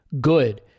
good